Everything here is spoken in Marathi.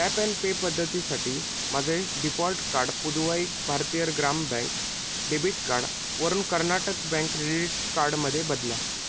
टॅप अँड पे पद्धतीसाठी माझे default card Puduvai Bharathiar Grama bank debit कार्डवरून कर्नाटक बँक क्रेडिट कार्डमध्ये बदला